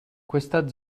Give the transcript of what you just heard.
questa